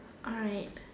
alright